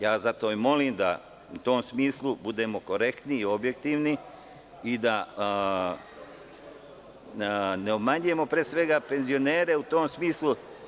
Zato i molim da u tom smislu budemo korektni i objektivni i da ne obmanjujemo, pre svega, penzionere u tom smislu.